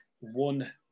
one